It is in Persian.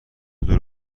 دور